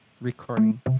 Recording